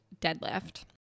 deadlift